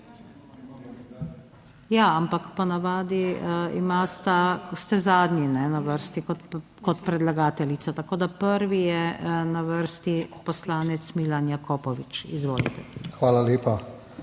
ja, ampak po navadi imate, ste zadnji na vrsti kot predlagateljica. Tako da prvi je na vrsti poslanec Milan Jakopovič. Izvolite. **MILAN